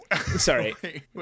Sorry